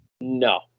No